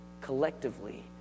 collectively